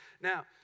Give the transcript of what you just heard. Now